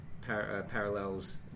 parallels